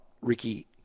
Ricky